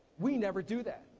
we never do that.